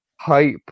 hype